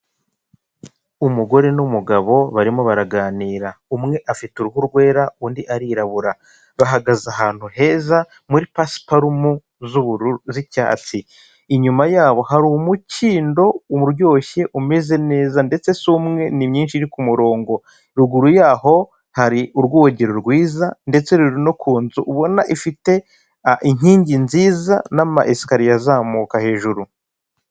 Umugore n'umugabo barimo baraganira, umwe afite uruhu rwera undi arirabura, bahagaze ahantu heza, muri pasiparumu z'icyatsi, inyuma yabo hari umukindo uryoshye, umeze neza ndetse si umwe ni myinshi iri ku kumurongo. Ruguru yaho hari urwogero rwiza ndetse ruri no ku nzu ubona ifite inkingi nziza n'amasikariye azamuka hejuru.